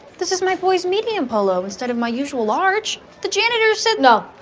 this is my boys. meet me in polo. instead of my usual large, the janitor said no,